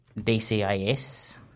DCIS